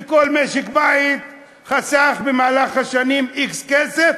כל משק-בית חסך במהלך השנים x כסף,